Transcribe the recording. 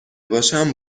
باشم